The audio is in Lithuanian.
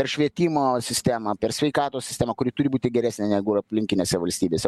per švietimo sistemą per sveikatos sistemą kuri turi būti geresnė negu yra aplinkinėse valstybėse